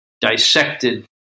dissected